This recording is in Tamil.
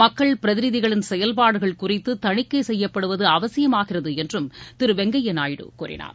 மக்கள் பிரதிநிதிகளின் செயல்பாடுகள் குறித்து தணிக்கை செய்யப்படுவது அவசியமாகிறது என்றும் திரு வெங்கையா நாயுடு கூறினார்